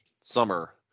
summer